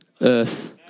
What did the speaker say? Earth